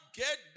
get